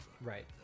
Right